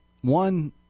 One